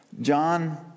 John